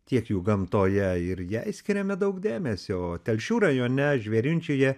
tiek jų gamtoje ir jai skiriame daug dėmesio o telšių rajone žvėrinčiuje